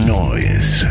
noise